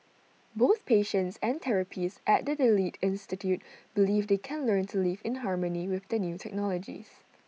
both patients and therapists at the delete institute believe they can learn to live in harmony with the new technologies